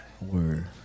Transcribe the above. word